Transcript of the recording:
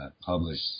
publish